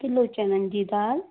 kilo चणनि जी दालि